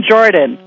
Jordan